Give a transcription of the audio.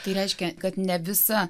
tai reiškia kad ne visa